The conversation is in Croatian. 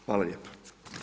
Hvala lijepa.